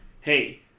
hey